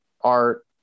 art